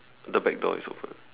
the back door is open